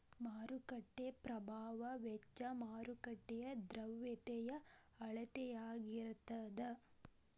ಮಾರುಕಟ್ಟೆ ಪ್ರಭಾವ ವೆಚ್ಚ ಮಾರುಕಟ್ಟೆಯ ದ್ರವ್ಯತೆಯ ಅಳತೆಯಾಗಿರತದ